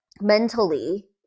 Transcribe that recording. mentally